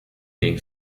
ging